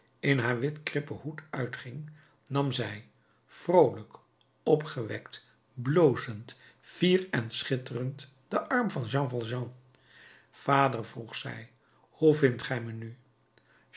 en haar witkrippen hoed uitging nam zij vroolijk opgewekt blozend fier en schitterend den arm van jean valjean vader vroeg zij hoe vindt ge mij nu